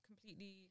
completely